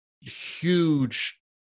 huge